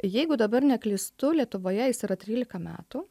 jeigu dabar neklystu lietuvoje jis yra trylika metų